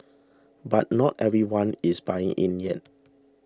but not everyone is buying in yet